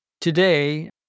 Today